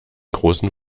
großen